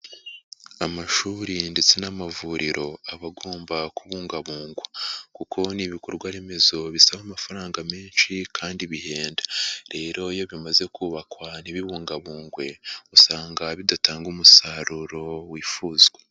Amashuri ndetse n'amavuriro aba agomba kubungabungwa kuko ni ibikorwaremezo bisaba amafaranga menshi kandi bihenda, rero iyo bimaze kubakwa ntibibungabungwe usanga bidatanga umusaruro wifuzwa.